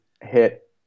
hit